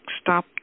stop